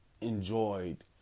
enjoyed